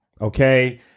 okay